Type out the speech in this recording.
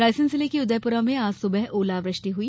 रायसेन जिले के उदयपुरा में आज सुबह ओलावृष्टि हुई